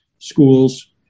schools